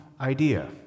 idea